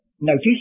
notice